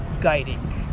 guiding